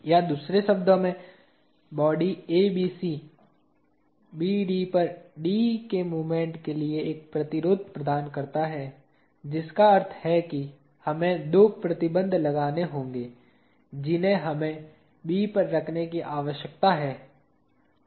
या दूसरे शब्दों में बॉडी ABC BD पर D के मोमेंट के लिए एक प्रतिरोध प्रदान करता है जिसका अर्थ है कि हमें दो प्रतिबंध लगाने होंगे जिन्हें हमें B पर रखने की आवश्यकता है